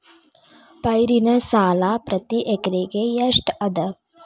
ಪೈರಿನ ಸಾಲಾ ಪ್ರತಿ ಎಕರೆಗೆ ಎಷ್ಟ ಅದ?